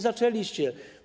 Zaczęliście.